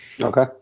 Okay